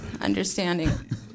understanding